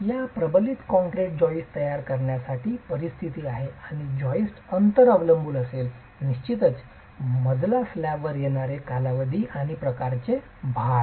या प्रबलित concrete joist तयार करण्यासाठी परिस्थिती आहे आणि या जॉईस्ट अंतर अवलंबून असेल निश्चितच मजला स्लॅबवरच येणारे कालावधी आणि प्रकारचे भार